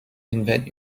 invent